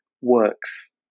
works